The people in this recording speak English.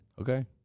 Okay